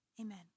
Amen